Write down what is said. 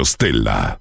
Stella